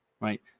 right